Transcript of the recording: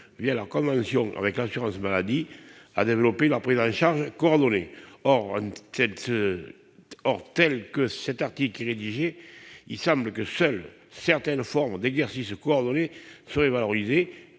leurs conventions avec l'assurance maladie, à développer les prises en charge coordonnées. Or, tel qu'il est rédigé, seules certaines formes d'exercice coordonné seraient valorisées.